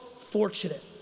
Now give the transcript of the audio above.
fortunate